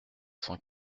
cent